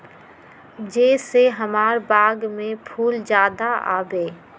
जे से हमार बाग में फुल ज्यादा आवे?